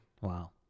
wow